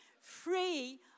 free